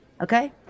Okay